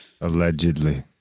Allegedly